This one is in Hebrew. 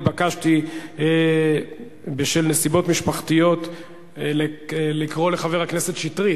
התבקשתי בשל נסיבות משפחתיות לקרוא לחבר הכנסת שטרית,